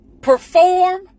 perform